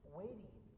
waiting